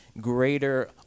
greater